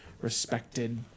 respected